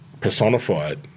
personified